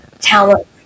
talent